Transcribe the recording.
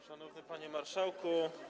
Szanowny Panie Marszałku!